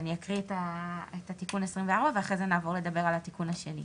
אני אקריא את תיקון 24 ואחרי זה נעבור לדבר על התיקון השני.